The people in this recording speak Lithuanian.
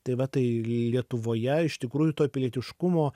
tai va tai lietuvoje iš tikrųjų to pilietiškumo